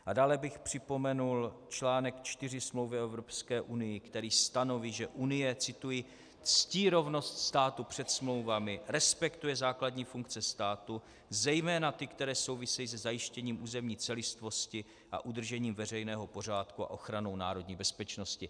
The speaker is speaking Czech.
A dále bych připomenul článek 4 Smlouvy o Evropské unii, který stanoví, že Unie cituji ctí rovnost státu před smlouvami, respektuje základní funkce státu, zejména ty, které souvisejí se zajištěním územní celistvosti a udržením veřejného pořádku a ochranou národní bezpečnosti.